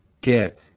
get